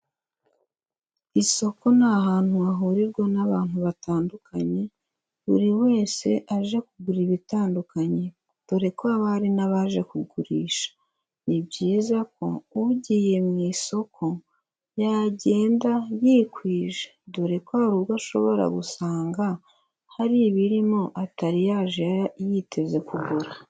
Isoko ni ahantu hahurirwa n'abantu batandukanye, buri wese aje kugura ibitandukanye, dore ko haba hari n'abaje kugurisha. Ni byiza ko ugiye mu isoko yagenda yikwije, dore ko hari ubwo ashobora gusanga hari ibirimo atari yaje yiteze kugura.